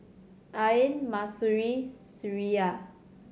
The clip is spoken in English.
Ain Mahsuri Syirah